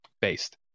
based